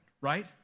right